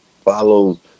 Follow